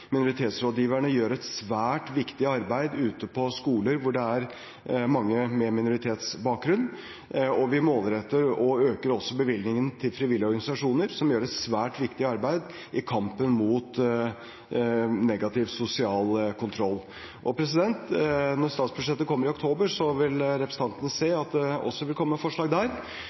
Minoritetsrådgiverne gjør et svært viktig arbeid ute på skoler hvor det er mange med minoritetsbakgrunn. Og vi målretter og øker også bevilgningene til frivillige organisasjoner, som gjør et svært viktig arbeid i kampen mot negativ sosial kontroll. Når statsbudsjettet kommer i oktober, vil representanten se at det også vil komme forslag der.